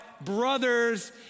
brothers